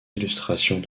illustrations